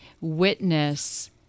witness